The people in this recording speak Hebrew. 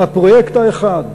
הפרויקט האחד